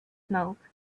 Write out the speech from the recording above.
smoke